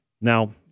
Now